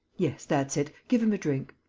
yes, that's it, give him a drink.